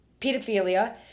pedophilia